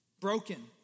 broken